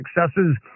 successes